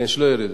כן, שלא יורידו.